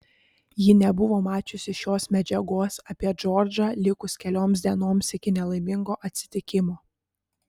ji nebuvo mačiusi šios medžiagos apie džordžą likus kelioms dienoms iki nelaimingo atsitikimo